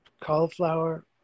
cauliflower